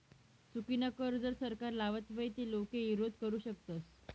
चुकीनाकर कर जर सरकार लावत व्हई ते लोके ईरोध करु शकतस